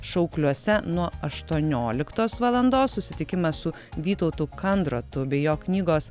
šaukliuose nuo aštuonioliktos valandos susitikimas su vytautu kandrotu bei jo knygos